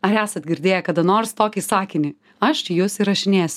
ar esat girdėję kada nors tokį sakinį aš jus įrašinės